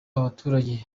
baturage